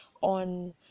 on